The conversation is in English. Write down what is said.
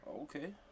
Okay